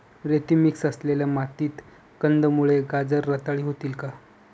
रेती मिक्स असलेल्या मातीत कंदमुळे, गाजर रताळी होतील का?